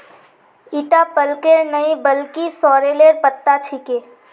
ईटा पलकेर नइ बल्कि सॉरेलेर पत्ता छिके